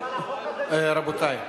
רק לאדם אחד.